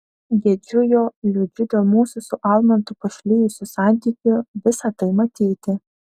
gedžiu jo liūdžiu dėl mūsų su almantu pašlijusių santykių visa tai matyti